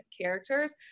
characters